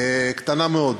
קטנה מאוד.